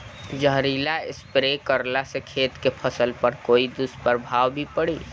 जहरीला स्प्रे करला से खेत के फसल पर कोई दुष्प्रभाव भी पड़ी?